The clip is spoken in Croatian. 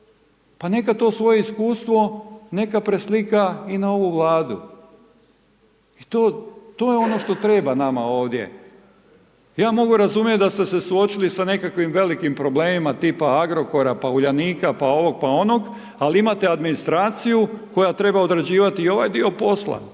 Pa neka to svoje iskustvo, neka preslika i na ovu Vladu. I to je ono što treba nama ovdje. Ja mogu razumjeti da ste se suočili sa nekakvim velikim problemima, tipa Agrokora, pa Uljanika pa ovog, pa onog ali imate administraciju koja treba odrađivati i ovaj dio posla i